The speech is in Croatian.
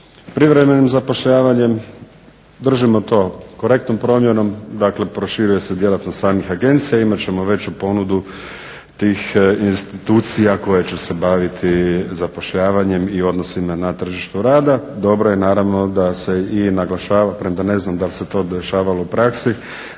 privremenim zapošljavanjem. Držimo to korektnom promjenom, dakle proširuje se djelatnost samih agencija, imat ćemo veću ponudu tih institucija koje će se baviti zapošljavanjem i odnosima na tržištu rada. Dobro je naravno da se i naglašava, premda ne znam da li se to dešavalo u praksi,